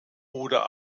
oder